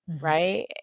right